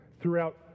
throughout